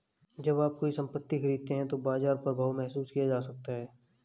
जब आप कोई संपत्ति खरीदते हैं तो बाजार प्रभाव महसूस किया जा सकता है